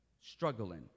struggling